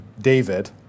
David